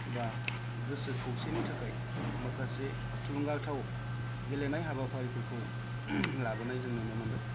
बा गोसो खौसेनि थाखाय माखासे थुलुंगाथाव गेलेनाय हाबाफारिफोरखौ लाबोनाय जों नुनो मोनदों